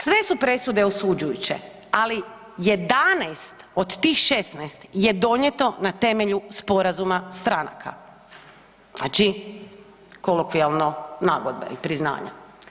Sve su presude osuđujuće, ali 11 od tih 16 je donijeto na temelju sporazuma stranaka, znači kolokvijalno nagodbe i priznanja.